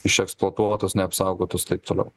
išeksploatuotos neapsaugotos taip toliau